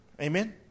amen